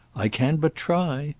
i can but try.